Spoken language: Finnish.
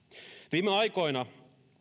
viime aikoina